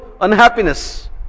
unhappiness